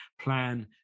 plan